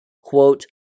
Quote